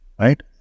Right